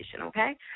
okay